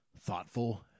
thoughtful